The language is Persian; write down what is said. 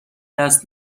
دست